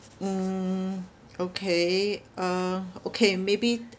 mm okay uh okay maybe